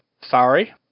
Sorry